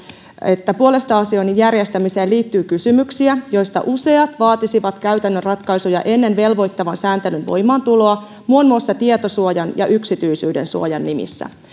että puolesta asioinnin järjestämiseen liittyy kysymyksiä joista useat vaatisivat käytännön ratkaisuja ennen velvoittavan sääntelyn voimaantuloa muun muassa tietosuojan ja yksityisyydensuojan nimissä